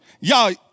y'all